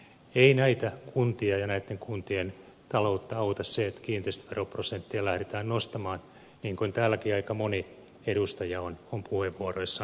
ei näitä kuntia ja näitten kuntien taloutta auta se että kiinteistöveroprosenttia lähdetään nostamaan niin kuin täälläkin aika moni edustaja on puheenvuorossaan esittänyt